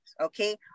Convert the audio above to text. okay